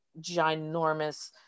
ginormous